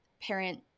parent